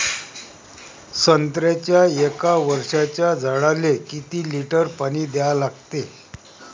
संत्र्याच्या एक वर्षाच्या झाडाले किती लिटर पाणी द्या लागते?